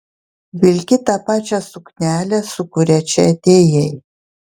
vilki tą pačią suknelę su kuria čia atėjai